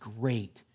great